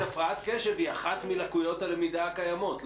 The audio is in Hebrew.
הפרעת קשב היא אחת מלקויות הלמידה הקיימות,